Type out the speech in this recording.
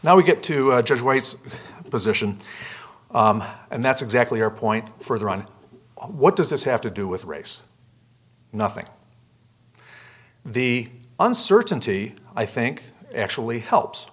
now we get to judge why its position and that's exactly our point further on what does this have to do with race nothing the uncertainty i think actually helps